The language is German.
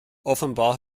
offenbar